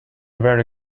very